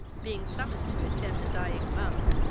being summoned to attend a dying monk,